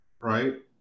right